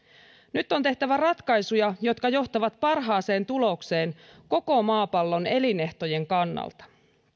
nyt on tehtävä ratkaisuja jotka johtavat parhaaseen tulokseen koko maapallon elinehtojen kannalta